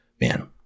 man